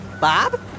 Bob